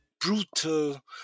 brutal